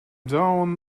down